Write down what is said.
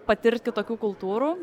patirt kitokių kultūrų